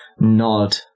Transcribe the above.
nod